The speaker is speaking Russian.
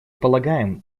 полагаем